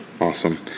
awesome